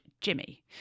Jimmy